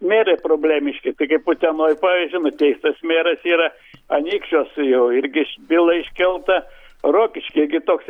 merai problemiški tai kaip utenoj pavyzdžiui nuteistas meras yra anykščiuose jau irgi byla iškelta rokiškio gi toks